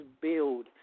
build